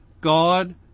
God